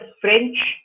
French